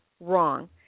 wrong